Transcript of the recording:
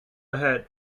ahead